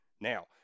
Now